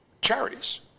charities